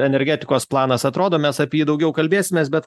energetikos planas atrodo mes apie jį daugiau kalbėsimės bet